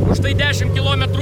užtai dešim kilometrų